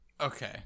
Okay